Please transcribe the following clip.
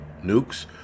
nukes